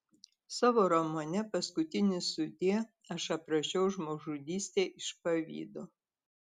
savo romane paskutinis sudie aš aprašiau žmogžudystę iš pavydo